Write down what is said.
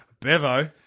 Bevo